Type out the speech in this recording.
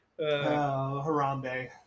Harambe